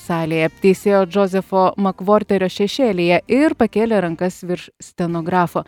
salėje teisėjo džozefo makvorterio šešėlyje ir pakėlė rankas virš stenografo